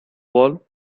wall